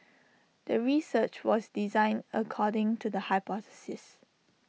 the research was designed according to the hypothesis